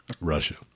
Russia